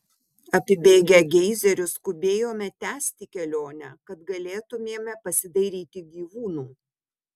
apibėgę geizerius skubėjome tęsti kelionę kad galėtumėme pasidairyti gyvūnų